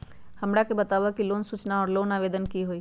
हमरा के बताव कि लोन सूचना और लोन आवेदन की होई?